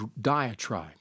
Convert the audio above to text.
diatribe